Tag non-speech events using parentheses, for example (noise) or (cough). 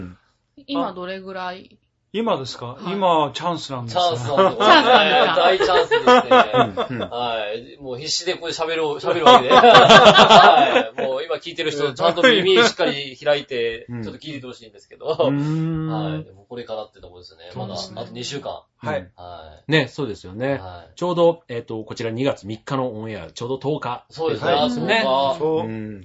うん。今あ。どれぐらい？今ですか？はい。今チャンスなんですよ。チャンスなんですね。チャンスなんですね。 (laughs) 大チャンスですね。 うん、うん。はい。 (laughs) もう必死でここで喋ろう、喋るわけで。 (laughs) はい。もう今聞いてる人、ちゃんと耳しっかり開いて、うん。ちょっと聞いてほしいんですけど。 (laughs) うーん。 (laughs) はい。 でもこれからってとこですね。そうですね。まだあと二週間。はい。うん。はい。ね、そうですよね。はい。ちょうど、えっと、こちら二月三日のオンエア、ちょうど十日でございますよね。そうですね。そう、十日。うん。